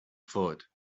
thought